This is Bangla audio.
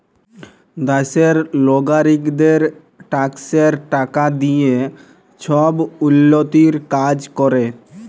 দ্যাশের লগারিকদের ট্যাক্সের টাকা দিঁয়ে ছব উল্ল্যতির কাজ ক্যরে